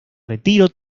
retiro